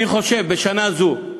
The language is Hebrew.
אני חושב, בשנה זו,